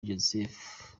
joseph